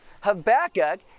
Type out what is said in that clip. Habakkuk